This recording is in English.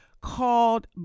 called